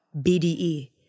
BDE